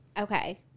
Okay